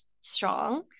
strong